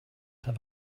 have